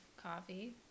coffee